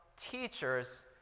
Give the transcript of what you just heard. teachers